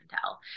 tell